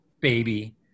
baby